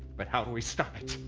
but how do we stop it?